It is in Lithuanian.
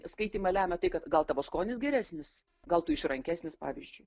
skaitymą lemia tai kad gal tavo skonis geresnis gal tu išrankesnis pavyzdžiui